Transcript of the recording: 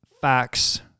facts